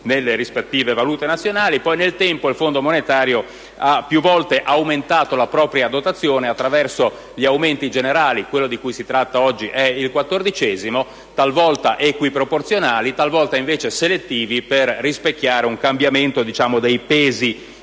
nel tempo, il Fondo monetario ha più volte incrementato la propria dotazione attraverso aumenti generali (quello di cui si tratta oggi è il quattordicesimo), talvolta equiproporzionali, talvolta invece selettivi per rispecchiare un cambiamento dei pesi